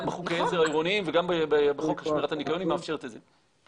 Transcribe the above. גם חוקי העזר העירוניים וגם בחוק לשמירת הניקיון היא מאפשרת את זה.